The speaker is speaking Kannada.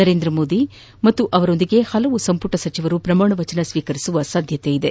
ನರೇಂದ್ರ ಮೋದಿ ಅವರ ಜತೆಗೆ ಹಲವು ಸಂಪುಟ ಸಚಿವರು ಪ್ರಮಾಣ ವಚನ ಸ್ವೀಕರಿಸುವ ಸಾಧ್ಯತೆ ಇದೆ